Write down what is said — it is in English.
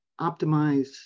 optimize